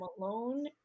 alone